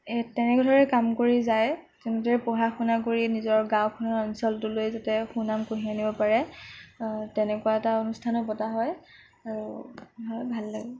এই তেনেদৰে কাম কৰি যায় তেনেদৰে পঢ়া শুনা কৰি নিজৰ গাঁওখনলৈ অঞ্চলটোলৈ যাতে সুনাম কঢ়িয়াই আনিব পাৰে তেনেকুৱা এটা অনুষ্ঠানো পতা আৰু হয় ভাল লগে